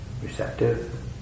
receptive